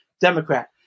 Democrat